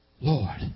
Lord